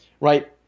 right